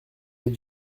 est